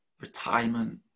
retirement